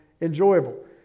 enjoyable